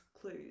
clues